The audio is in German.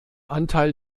anteil